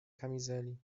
kamizeli